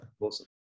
awesome